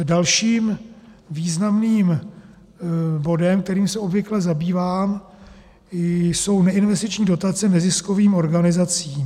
Dalším významným bodem, kterým se obvykle zabývám, jsou neinvestiční dotace neziskovým organizacím.